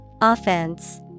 Offense